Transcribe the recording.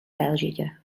bèlgica